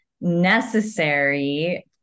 necessary